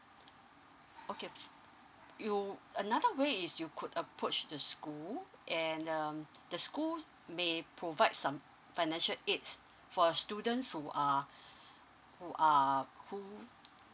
okay you another way is you could approach the school and um the schools may provide some financial aids for a student who are who are who